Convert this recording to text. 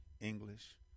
English